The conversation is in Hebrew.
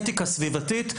אתיקה סביבתית,